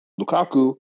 Lukaku